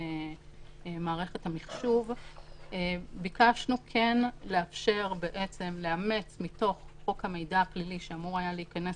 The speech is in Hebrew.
למערכת המחשוב ביקשנו לאפשר לאמץ מתוך חוק המידע הפלילי שהיה אמור להיכנס